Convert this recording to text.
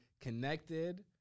connected